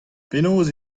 penaos